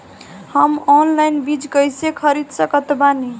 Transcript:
हम ऑनलाइन बीज कइसे खरीद सकत बानी?